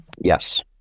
Yes